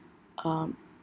um